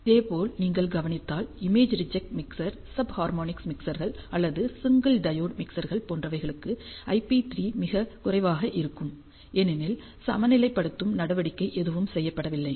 இதேபோல் நீங்கள் கவனித்தால் image reject mixer sub harmonic மிக்சர்கள் அல்லது சிங்கிள் டையோடு மிக்சர்கள் போன்றவைகளுக்கு ஐபி 3 மிகக் குறைவாக இருக்கும் ஏனெனில் சமநிலைப்படுத்தும் நடவடிக்கை எதுவும் செய்யப்படவில்லை